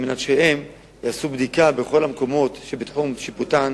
על מנת שהן יעשו בדיקה בכל המקומות שבתחום שיפוטן,